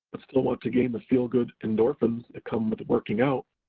but still want to gain the feelgood endorphins that come with working out,